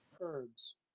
Herbs